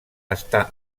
està